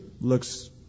looks